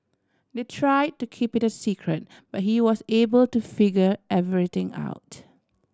they try to keep it a secret but he was able to figure everything out